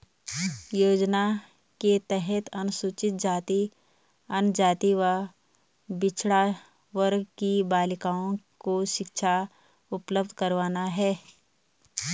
योजना के तहत अनुसूचित जाति, जनजाति व पिछड़ा वर्ग की बालिकाओं को शिक्षा उपलब्ध करवाना है